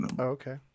Okay